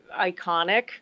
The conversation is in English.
iconic